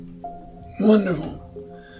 wonderful